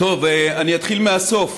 אני אתחיל מהסוף.